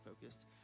focused